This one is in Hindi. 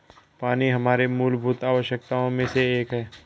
पानी हमारे मूलभूत आवश्यकताओं में से एक है